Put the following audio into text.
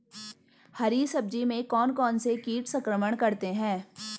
हरी सब्जी में कौन कौन से कीट संक्रमण करते हैं?